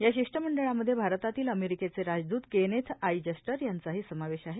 या शिष्टमंडळामध्ये भारताततील अमेरिकेचे राजद्त केनेथ आई जष्टर यांचाही समावेश आहे